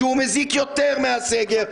שהוא מזיק יותר מהסגר,